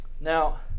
now